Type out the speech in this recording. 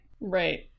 Right